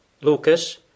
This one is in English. Lucas